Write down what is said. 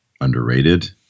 underrated